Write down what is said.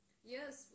Yes